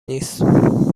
نیست